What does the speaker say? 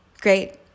great